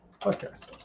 Podcast